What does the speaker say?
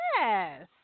Yes